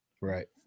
Right